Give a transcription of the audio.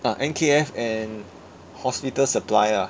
ah N_K_F and hospital supply ah